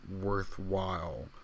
worthwhile